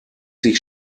sich